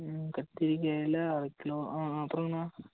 ம் கத்திரிக்காயில் அரை கிலோ ஆ அப்புறங்கண்ணா